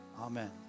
Amen